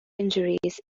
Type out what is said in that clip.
injuries